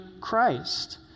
Christ